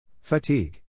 fatigue